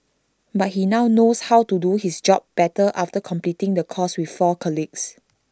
but he now knows how to do his job better after completing the course with four colleagues